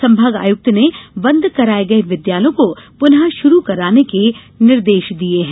संभाग आयुक्त ने बंद कराये गये विद्यालयों को पुनः शुरू कराने के निर्देश दिये हैं